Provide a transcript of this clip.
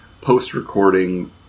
post-recording